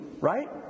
right